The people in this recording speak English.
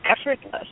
effortless